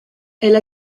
elle